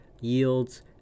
yields